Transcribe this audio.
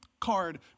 card